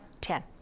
Ten